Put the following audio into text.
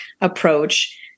approach